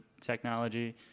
technology